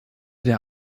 der